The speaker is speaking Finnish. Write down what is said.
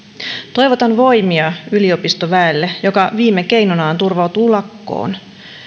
toivotan voimia yliopistoväelle joka viime keinonaan turvautuu lakkoon